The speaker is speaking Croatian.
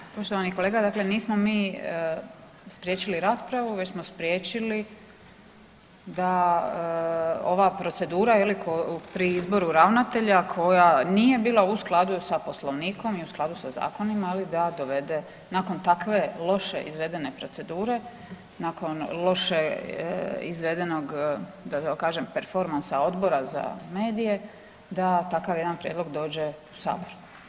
Dakle poštovani kolega, dakle nismo mi spriječili raspravu već smo spriječili da ova procedura pri izboru ravnatelja koja nije bila u skladu sa Poslovnikom i u skladu sa zakonima da dovede nakon takve loše izvedene procedure, nakon loše izvedenog da tako kažem performansa Odbora za medije, da takav jedan prijedlog dođe u Sabor.